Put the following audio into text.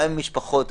גם המשפחות,